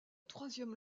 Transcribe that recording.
troisième